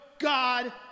God